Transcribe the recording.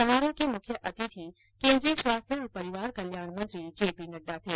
समारोह के मुख्य अतिथि केंद्रीय स्वास्थ्य और परिवार कल्याण मंत्री जेपी नड्डा थे